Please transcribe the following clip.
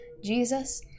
Jesus